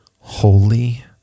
holy